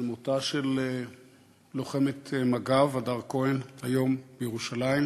על מותה של לוחמת מג"ב הדר כהן היום בירושלים.